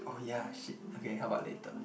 oh ya shit okay how about later